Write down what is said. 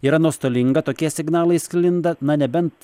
yra nuostolinga tokie signalai sklinda na nebent